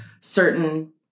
certain